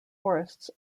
forests